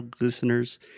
listeners